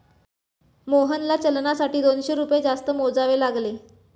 मोहनला चलनासाठी दोनशे रुपये जास्त मोजावे लागले